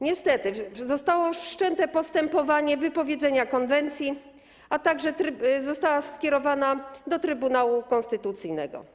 Niestety zostało wszczęte postępowanie w sprawie wypowiedzenia konwencji, a także została skierowana sprawa do Trybunału Konstytucyjnego.